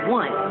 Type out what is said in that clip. one